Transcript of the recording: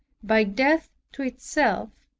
by death to itself,